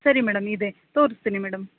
ಸರಿ ಮೇಡಮ್ ಇದೆ ತೋರಿಸ್ತೀನಿ ಮೇಡಮ್